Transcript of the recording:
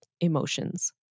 emotions